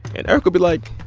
and eric will be like,